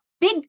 big